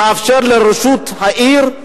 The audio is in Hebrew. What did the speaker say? תאפשר לרשות העיר,